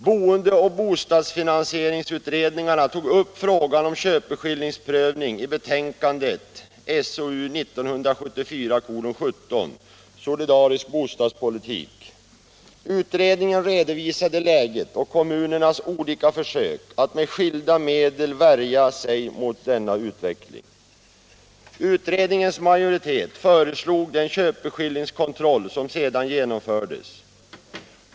Boendeoch bostadsfinansieringsutredningarna tog upp frågan om köpeskillingsprövning i betänkandet SOU 1974:17 Solidarisk bostadspolitik. Utredningen redovisade läget och kommunernas olika försök att med skilda medel värja sig mot denna utveckling. Utredningens majoritet föreslog den köpeskillingskontroll som sedan genomfördes.